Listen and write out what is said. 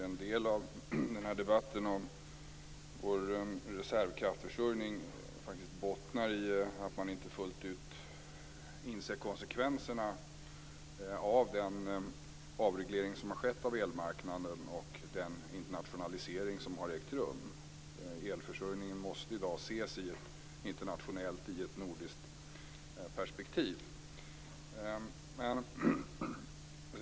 Fru talman! En del av debatten om vår reservkraftsförsörjning bottnar i att man inte fullt ut inser konsekvenserna av den avreglering som har skett på elmarknaden och av den internationalisering som har ägt rum. Elförsörjningen måste i dag ses i ett internationellt och i ett nordiskt perspektiv.